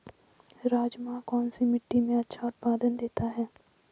राजमा कौन सी मिट्टी में अच्छा उत्पादन देता है?